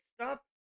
stop